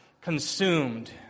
consumed